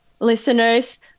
listeners